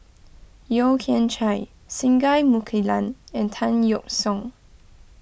Yeo Kian Chai Singai Mukilan and Tan Yeok Seong